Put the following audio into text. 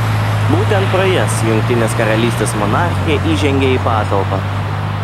būtent pro jas jungtinės karalystės monarchė įžengia į patalpą